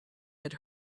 had